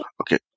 Okay